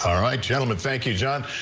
um right gentlemen, thank you john.